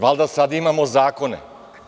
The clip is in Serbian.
Valjda sada imamo zakone.